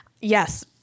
Yes